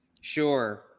Sure